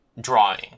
drawing